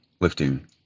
lifting